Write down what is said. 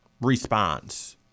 response